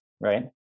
right